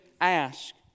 ask